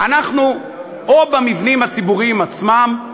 או במבנים הציבוריים עצמם,